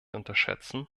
unterschätzen